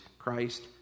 Christ